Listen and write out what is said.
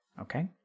okay